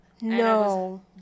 No